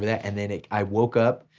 but and then i woke up,